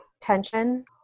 tension